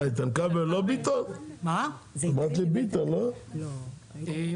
אז קודם